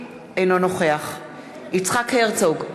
אינו נוכח יצחק הרצוג,